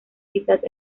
quizás